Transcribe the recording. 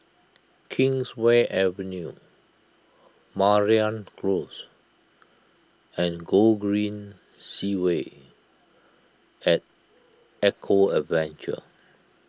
Kingswear Avenue Mariam Close and Gogreen Segway at Eco Adventure